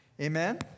Amen